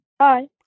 Hi